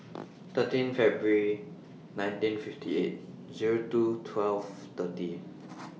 thirteen February nineteen fifty eight Zero two twelve thirty